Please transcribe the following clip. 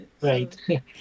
Right